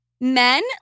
Men